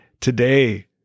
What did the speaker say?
Today